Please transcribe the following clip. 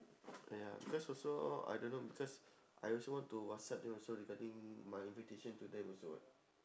ya because also I don't know because I also want to whatsapp them also regarding my invitation to them also [what]